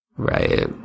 Right